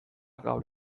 gaur